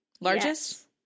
Largest